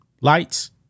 lights